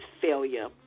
failure